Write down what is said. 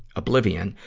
oblivion,